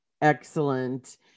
Excellent